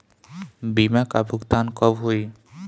बीमा का भुगतान कब होइ?